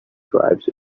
tribes